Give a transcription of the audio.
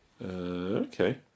Okay